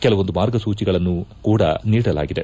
ಕೆಲವೊಂದು ಮಾರ್ಗಸೂಚಿಗಳನ್ನೂ ಕೂಡ ನೀಡಲಾಗಿದೆ